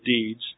deeds